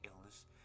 illness